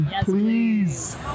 please